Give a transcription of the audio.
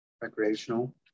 recreational